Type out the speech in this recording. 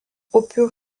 upių